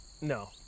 No